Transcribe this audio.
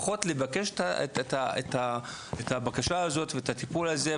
לפחות לבקש את הבקשה הזאת ואת הטיפול הזה,